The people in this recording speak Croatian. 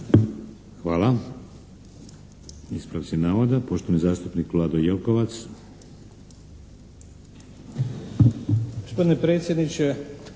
Hvala. Ispravci navoda, poštovani zastupnik Vlado Jelkovac.